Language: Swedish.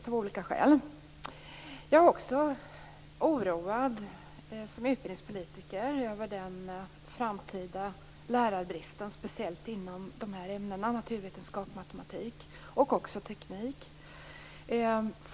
Som utbildningspolitiker är jag också oroad över den framtida lärarbristen, speciellt inom ämnena naturvetenskap, matematik och teknik.